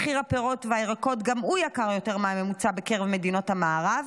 מחיר הפירות והירקות גם הוא יקר יותר מהממוצע בקרב מדינות המערב,